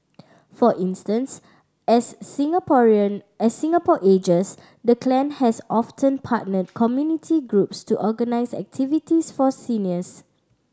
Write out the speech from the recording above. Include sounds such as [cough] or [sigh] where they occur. for instance as Singapore [unintelligible] a Singapore ages the clan has often partnered community groups to organise activities for seniors